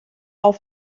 auf